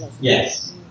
yes